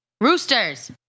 roosters